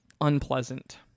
unpleasant